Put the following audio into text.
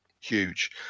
huge